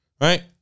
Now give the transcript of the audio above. right